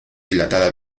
dilatada